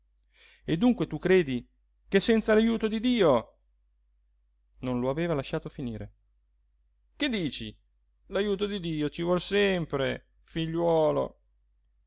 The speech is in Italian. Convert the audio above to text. e dunque tu credi che senza l'ajuto di dio non lo aveva lasciato finire che dici l'ajuto di dio ci vuol sempre figliuolo